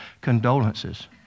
condolences